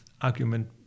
argument